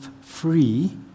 free